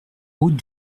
route